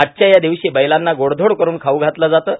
आजच्या या दिवशी बैलांना गोडधोड करून खाऊ घातलं जाते